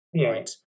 right